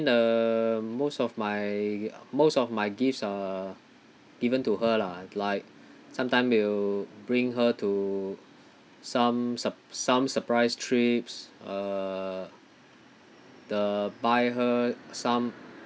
the most of my most of my gifts are given to her lah like sometime will bring her to some surp~ some surprise trips uh the buy her some